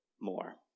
more